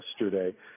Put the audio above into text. yesterday